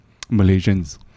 Malaysians